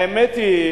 האמת היא